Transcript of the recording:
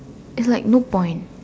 it's like no point